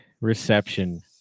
reception